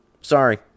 Sorry